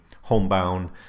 homebound